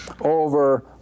over